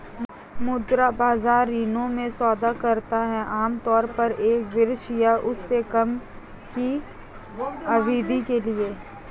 मुद्रा बाजार ऋणों में सौदा करता है आमतौर पर एक वर्ष या उससे कम की अवधि के लिए